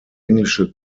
englische